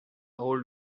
old